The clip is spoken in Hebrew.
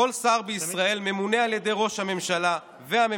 כל שר בישראל ממונה על ידי ראש הממשלה והממשלה,